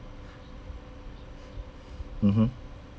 mmhmm